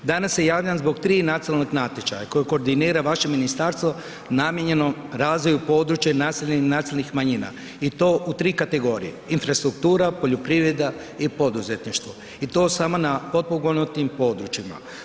Danas se javljam zbog 3 nacionalna natječaja koje koordinira vaše ministarstvo namijenjeno razvoju područja i naseljenih nacionalnih manjina i to u 3 kategorije, infrastruktura, poljoprivreda i poduzetništvo i to samo na potpomognutim područjima.